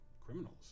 criminals